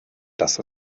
dass